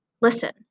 Listen